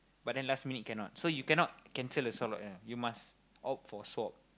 but then last minute cannot so you cannot cancel the slot ya you must opt for swap